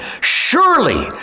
surely